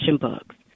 books